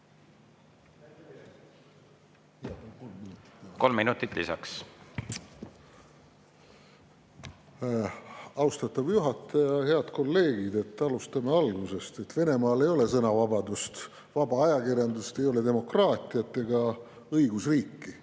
Kolm minutit lisaks. Austatud juhataja! Head kolleegid! Alustame algusest. Venemaal ei ole sõnavabadust ega vaba ajakirjandust, ei ole demokraatiat ega õigusriiki.